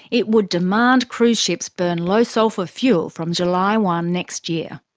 it would demand cruise ships burn low sulphur fuel from july one next year.